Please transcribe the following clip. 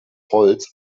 holz